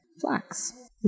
Flax